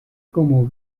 como